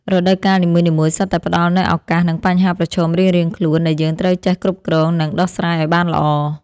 រដូវកាលនីមួយៗសុទ្ធតែផ្តល់នូវឱកាស និងបញ្ហាប្រឈមរៀងៗខ្លួនដែលយើងត្រូវចេះគ្រប់គ្រង និងដោះស្រាយឱ្យបានល្អ។